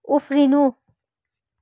उफ्रिनु